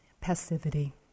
passivity